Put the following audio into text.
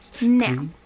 Now